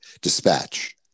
dispatch